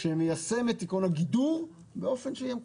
שמיישם את עיקרון הגידור באופן שיהיה מקובל.